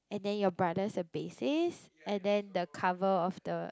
and then your brother is a basis and then the cover of the